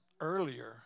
earlier